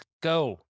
go